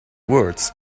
words